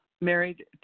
married